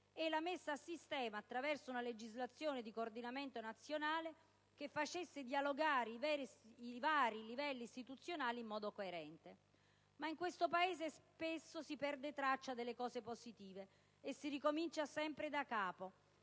loro messa a sistema, attraverso una legislazione di coordinamento nazionale che facesse dialogare i vari livelli istituzionali in modo coerente. Ma in questo Paese spesso si perde traccia delle cose positive e si ricomincia sempre da capo,